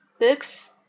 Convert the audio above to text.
Books